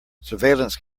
surveillance